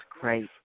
great